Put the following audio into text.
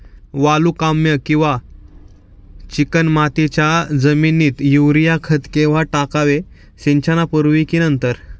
वालुकामय किंवा चिकणमातीच्या जमिनीत युरिया खत केव्हा टाकावे, सिंचनापूर्वी की नंतर?